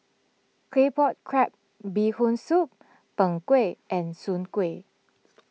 Claypot Crab Bee Hoon Soup Png Kueh and Soon Kuih